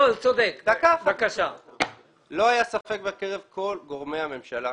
לא היה ספק בקרב כל גורמי הממשלה,